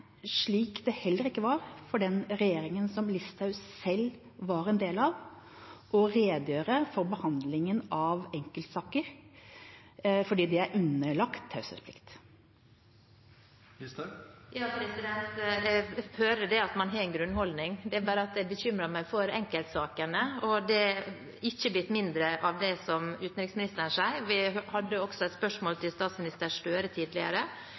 slik det heller ikke var for den regjeringa som representanten Listhaug selv var en del av – å redegjøre for behandlingen av enkeltsaker, for de er underlagt taushetsplikt. Jeg hører at man har en grunnholdning. Det er bare det at jeg bekymrer meg over enkeltsakene, og bekymringen har ikke blitt mindre av det utenriksministeren sier. Vi stilte også et spørsmål om dette til statsminister Gahr Støre tidligere,